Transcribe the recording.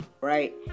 Right